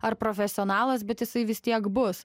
ar profesionalas bet jisai vis tiek bus